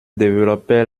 développait